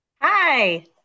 Hi